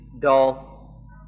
dull